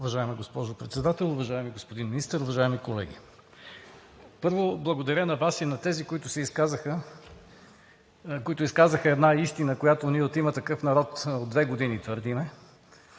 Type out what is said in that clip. Уважаема госпожо Председател, уважаеми господин Министър, уважаеми колеги! Първо, благодаря на Вас и на тези, които изказаха една истина, която ние от „Има такъв народ“ от две години твърдим.